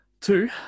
Two